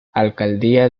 alcaldía